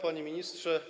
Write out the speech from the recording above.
Panie Ministrze!